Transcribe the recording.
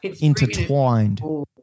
intertwined